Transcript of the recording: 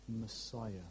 Messiah